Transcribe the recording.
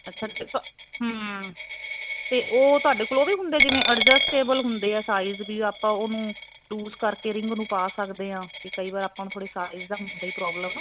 ਅੱਛਿਆ ਤੇ ਤੇ ਉਹ ਤੁਹਾਡੇ ਕੋਲ ਉਹ ਵੀ ਹੁੰਦਾ ਜਿਵੇਂ ਐਡਜਸਟੇਬਲ ਹੁੰਦੇ ਐ ਸਾਈਜ਼ ਵੀ ਆਪਾਂ ਉਹਨੂੰ ਲੂਜ਼ ਕਰਕੇ ਰਿੰਗ ਨੂੰ ਪਾ ਸਕਦੇ ਆਂ ਵੀ ਕਈ ਵਾਰ ਆਪਾਂ ਨੂੰ ਥੋੜੀ ਸਾਈਜ਼ ਦਾ ਹੁੰਦਾ ਪ੍ਰੋਬਲਮ